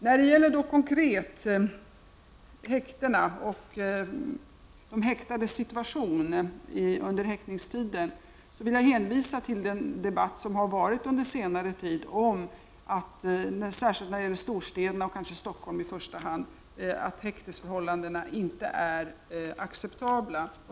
Konkret, när det gäller häktena och de häktades situation under häktningstiden, vill jag hänvisa till den debatt som har förts under senare tid om att särskilt i storstäderna — kanske i första hand Stockholm — häktestiderna inte är riktigt acceptabla.